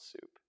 soup